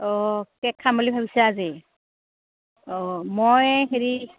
অঁ কেক খাম বুলি ভাবিছ আজি অঁ মই হেৰি